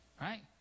Right